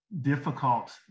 difficult